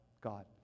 God